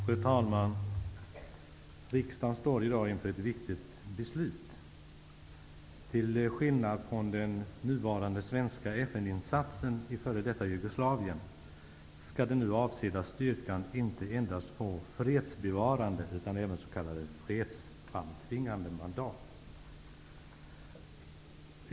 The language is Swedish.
Fru talman! Riksdagen står i dag inför ett viktigt beslut. Till skillnad från den nuvarande svenska FN-insatsen i f.d. Jugoslavien skall den nu avsedda styrkan inte endast få fredsbevarande utan även s.k. fredsframtvingande mandat.